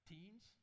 Teens